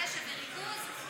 קשב וריכוז,